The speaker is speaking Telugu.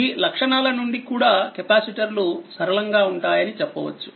ఈలక్షణాలక్యారక్టరెస్టిక్స్ నుండి కూడాకెపాసిటర్లు సరళంగా ఉంటాయని చెప్పవచ్చు